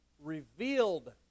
revealed